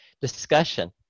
discussion